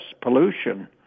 pollution